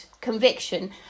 conviction